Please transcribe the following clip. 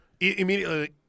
Immediately